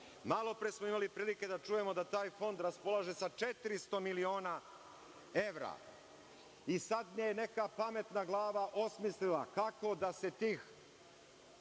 Malopre smo imali prilike da čujemo da taj Fond raspolaže sa 400 miliona evra i sada je neka pametna glava osmislila kako da se tih,